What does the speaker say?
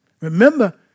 Remember